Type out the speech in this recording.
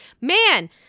Man